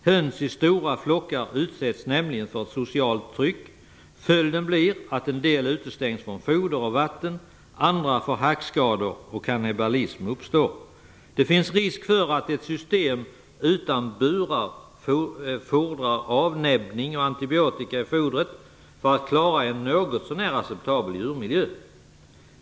Höns i stora flockar utsätts nämligen för ett socialt tryck. Följden blir att en del utestängs från foder och vatten, andra får hackskador och kannibalism uppstår. Det finns risk för att ett system utan burar fordrar avnäbbning och antibiotika i fodret för att klara en något så när acceptabel djurmiljö.